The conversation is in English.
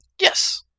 Yes